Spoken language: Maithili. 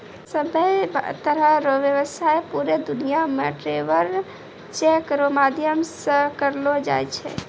सभ्भे तरह रो व्यवसाय पूरे दुनियां मे ट्रैवलर चेक रो माध्यम से करलो जाय छै